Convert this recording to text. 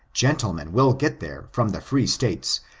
gentlemen will get there from the free states,